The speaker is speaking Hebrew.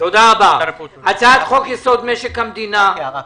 רק הערה קטנה,